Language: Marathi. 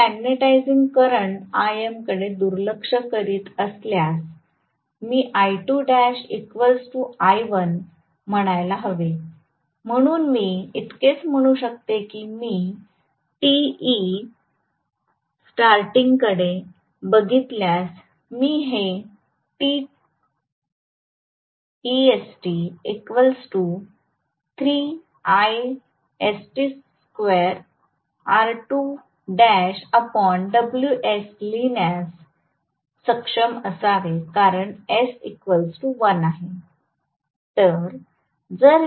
आम्ही मॅग्नेटिझिंग करंट Im कडे दुर्लक्ष करीत असल्यास मी म्हणायला हवे म्हणून मी इतकेच म्हणू शकते की मी Te starting कडे बघितल्यास मी हे लिहिण्यास सक्षम असावे कारण s 1 आहे